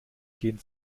gehen